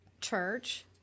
church